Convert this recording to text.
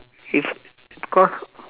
if because